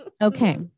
Okay